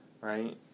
right